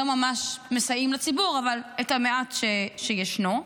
לא ממש מסייעים לציבור, אבל את המעט שישנו.